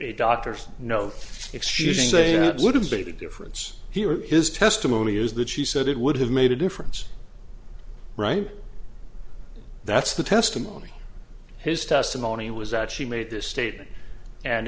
doctor's note excusing say would be the difference here his testimony is that she said it would have made a difference right that's the testimony his testimony was that she made this statement and